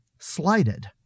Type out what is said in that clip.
slighted